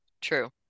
true